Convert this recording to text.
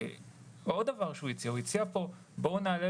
הוא הציע גם שלא נעלה